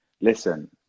Listen